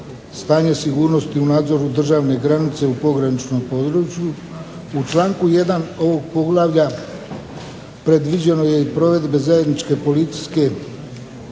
stanje sigurnosti u nadzoru državne granice u pograničnom području. U članku 1. ovog poglavlja predviđeno je i provedbe zajedničke policijske